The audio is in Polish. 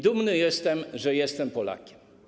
Dumny jestem, że jestem Polakiem.